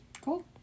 Cool